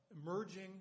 emerging